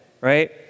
right